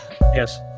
Yes